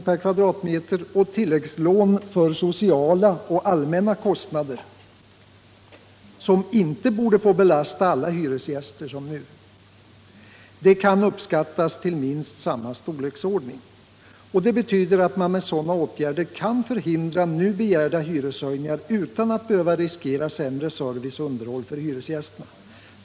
per kvadratmeter, och tilläggslån för sociala och allmänna kostnader, som inte borde få belasta alla hyresgäster, kan uppskattas till minst samma stor 151 leksordning. Det betyder att man med sådana åtgärder kan förhindra nu begärda hyreshöjningar utan att behöva riskera sämre service och underhåll för hyresgästerna.